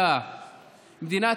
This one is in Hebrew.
החקלאים,